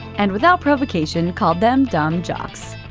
and without provocation, called them dumb jocks.